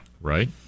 Right